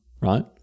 right